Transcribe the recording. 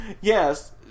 Yes